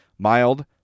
Mild